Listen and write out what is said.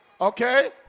Okay